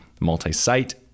multi-site